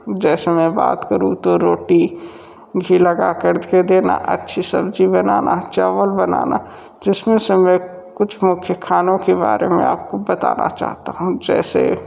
जैसे मैं बात करूँ तो रोटी घी लगा करके देना अच्छी सब्जी बनाना चावल बनाना जिसमें से मैं कुछ मुख्य खानो के बारे में आपको बताना चाहता हूँ जैसे